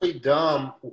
dumb